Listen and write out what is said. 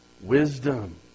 Wisdom